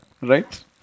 right